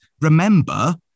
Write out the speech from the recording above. remember